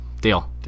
deal